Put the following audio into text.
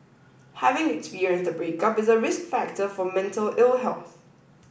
having experienced a breakup is a risk factor for mental ill health